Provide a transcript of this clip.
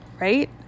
right